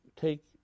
take